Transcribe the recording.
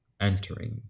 entering